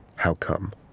how come?